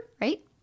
right